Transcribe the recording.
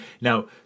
Now